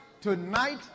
tonight